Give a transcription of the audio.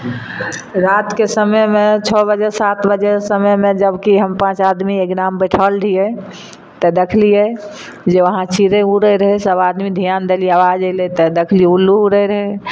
रातके समयमे छओ बजे सात बजे समयमे जबकि हम पाँच आदमी अँगनामे बैठल रहियै तऽ देखलियै जे वहाँ चिड़य उड़य रहय सब ध्यान देलियै आवाज अयलय तऽ देखलियै उल्लू उड़य रहय